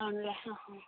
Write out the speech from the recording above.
ആണല്ലേ ആ